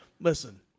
Listen